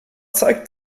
zeigt